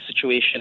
situation